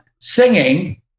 singing